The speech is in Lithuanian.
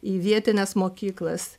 į vietines mokyklas